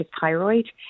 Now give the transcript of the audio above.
thyroid